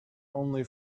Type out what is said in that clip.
only